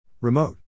Remote